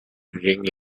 ring